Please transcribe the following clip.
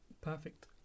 perfect